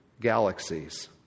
galaxies